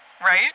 Right